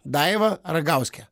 daiva ragauskė